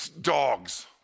dogs